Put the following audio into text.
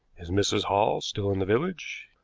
is mrs. hall still in the village?